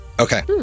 Okay